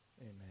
amen